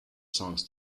songs